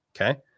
okay